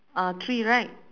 uh three right